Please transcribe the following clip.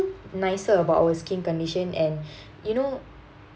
nicer about our skin condition and you know